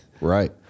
right